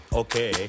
okay